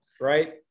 right